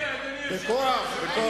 בכוח?